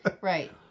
Right